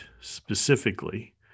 specifically